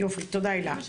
תודה הילה.